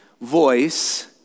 voice